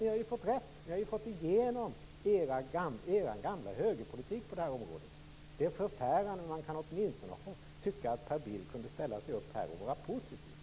Ni har ju fått igenom er gamla högerpolitik på det här området. Det är förfärande, men man kan åtminstone få tycka att Per Bill kunde ställa sig upp här och vara positiv.